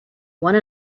one